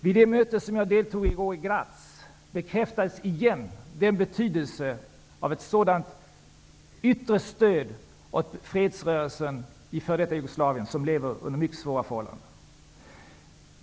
Vid det möte som jag i går deltog i i Graz, bekäftades igen betydelsen av ett sådant yttre stöd åt fredsrörelsen i f.d. Jugoslavien, vilken lever under mycket svåra förhållanden.